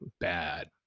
bad